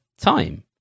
time